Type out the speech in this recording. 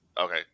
Okay